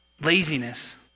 Laziness